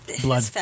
blood